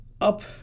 Up